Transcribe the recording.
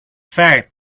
fact